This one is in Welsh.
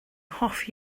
hoff